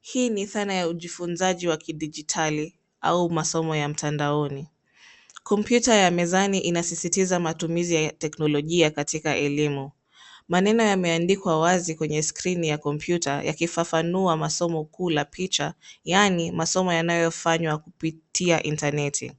Hii ni thana ya ujifunzaji wa kidigitali, au masomo ya mtandaoni. Kompyuta ya mezani inasisitiza matumizi ya teknolojia katika elimu. Maneno yameandikwa wazi kwenye skrini ya kompyuta yakifafanua masomo kuu la picha yani masomo yanayofanywa kupitia intaneti.